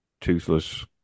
toothless